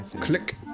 Click